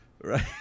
Right